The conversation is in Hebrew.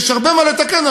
יש הרבה מה לתקן,